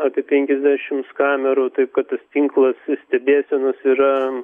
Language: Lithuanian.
apie penkiasdešimts kamerų taip kad tas tinklas stebėsenos yra